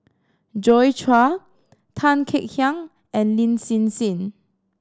Joi Chua Tan Kek Hiang and Lin Hsin Hsin